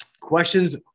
Questions